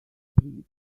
bridge